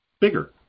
bigger